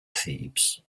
thebes